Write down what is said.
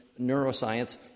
neuroscience